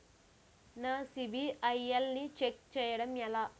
నా సిబిఐఎల్ ని ఛెక్ చేయడం ఎలా?